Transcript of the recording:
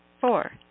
Four